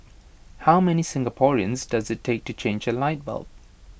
how many Singaporeans does IT take to change A light bulb